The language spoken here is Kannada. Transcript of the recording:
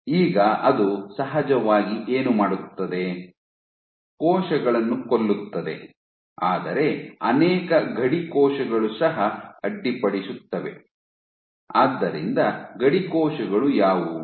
ಈಗ ಅದು ಸಹಜವಾಗಿ ಏನು ಮಾಡುತ್ತದೆ ಕೋಶಗಳನ್ನು ಕೊಲ್ಲುತ್ತದೆ ಆದರೆ ಅನೇಕ ಗಡಿ ಕೋಶಗಳು ಸಹ ಅಡ್ಡಿಪಡಿಸುತ್ತವೆ ಆದ್ದರಿಂದ ಗಡಿ ಕೋಶಗಳು ಯಾವುವು